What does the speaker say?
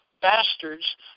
Bastards